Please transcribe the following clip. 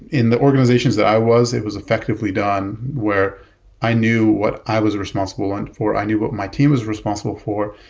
in the organizations that i was, it was effectively done where i knew what i was responsible and or i knew what my team is responsible for.